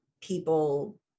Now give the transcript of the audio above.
people